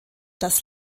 das